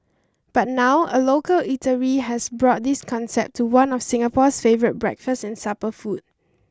but now a local eatery has brought this concept to one of Singapore's favourite breakfast and supper food